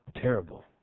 terrible